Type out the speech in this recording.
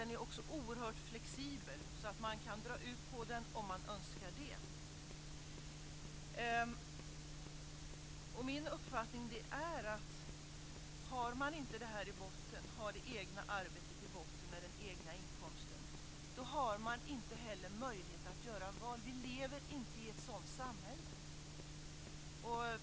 Den är också oerhört flexibel, så att man kan dra ut på den om man önskar det. Min uppfattning är att om man inte har det egna arbetet och den egna inkomsten i botten har man inte heller möjlighet att göra val. Vi lever inte i ett sådant samhälle.